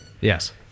Yes